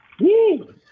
Woo